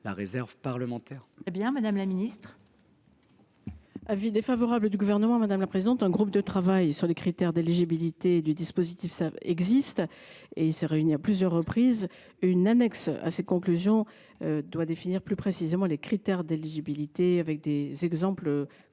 la réserve parlementaire